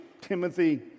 Timothy